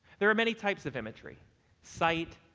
there are many types of imagery sight,